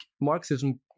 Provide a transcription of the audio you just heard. Marxism